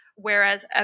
whereas